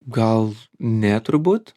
gal ne turbūt